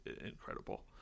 incredible